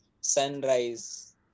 sunrise